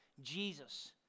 Jesus